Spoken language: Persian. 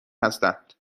هستند